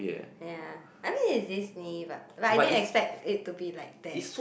ya I think is Disney but but I didn't expect it to be like that